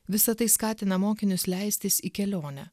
visa tai skatina mokinius leistis į kelionę